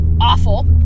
awful